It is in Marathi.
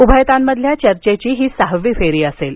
उभयतांमधील चर्चेची ही सहावी फेरी असेल